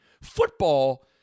Football